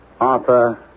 Arthur